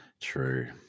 True